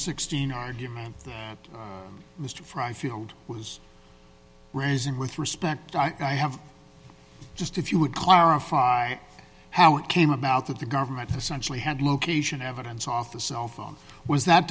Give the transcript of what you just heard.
sixteen argument mr fry field was raising with respect i have just if you would clarify how it came about that the government essentially had location evidence off the cell phone was that